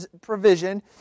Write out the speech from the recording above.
provision